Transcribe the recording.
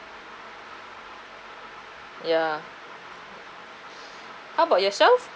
ya how about yourself